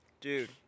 Dude